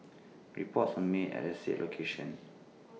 reports were made at the said location